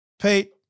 Pete